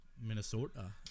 Minnesota